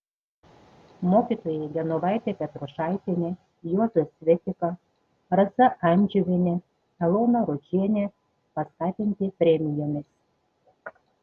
mokytojai genovaitė petrušaitienė juozas svetika rasa andžiuvienė elona rodžienė paskatinti premijomis